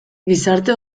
gizarte